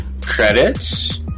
credits